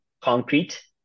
concrete